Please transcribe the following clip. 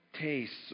tastes